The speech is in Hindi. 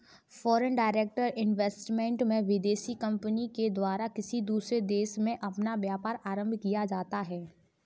फॉरेन डायरेक्ट इन्वेस्टमेंट में विदेशी कंपनी के द्वारा किसी दूसरे देश में अपना व्यापार आरंभ किया जाता है